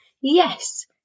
Yes